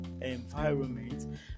environment